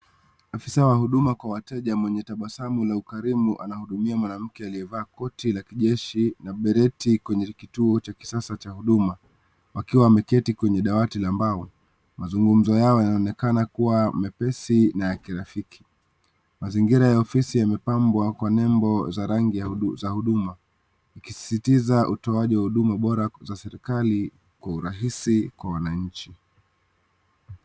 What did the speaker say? Afisa wa huduma kwa wateja mwenye tabasamu la ukarimu, anahudumia mwanamke aliyevaa koti la kijeshi na bareti kwenye kituo cha kisasa cha huduma, wakiwa wameketi kwenye dawati la mbao. Mazungumzo yao yanaonekana kua mepesi na ya kirafiki. Mazingira ya ofisi yamepambwa kwa nembo za rangi za huduma, ikisisitiza utoaji wa huduma bora za serikali kwa urahisi kwa wananchi.